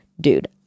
dude